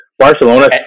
Barcelona